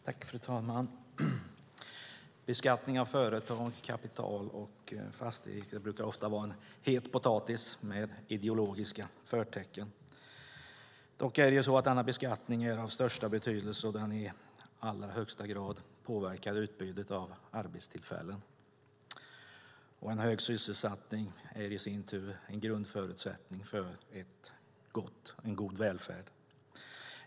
Fru talman! Beskattning av företag, kapital och fastigheter brukar ofta vara en het potatis med ideologiska förtecken. Dock är denna beskattning av största betydelse och påverkar i allra högsta grad utbudet av arbetstillfällen. Och en hög sysselsättning är i sin tur en grundförutsättning för en god välfärd.